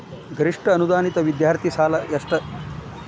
ಗರಿಷ್ಠ ಅನುದಾನಿತ ವಿದ್ಯಾರ್ಥಿ ಸಾಲ ಎಷ್ಟ